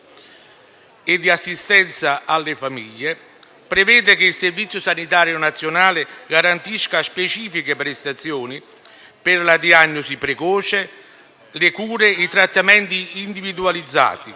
e di assistenza alle famiglie, prevede che il Servizio sanitario nazionale garantisca specifiche prestazioni per la diagnosi precoce, le cure e i trattamenti individualizzati,